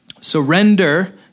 Surrender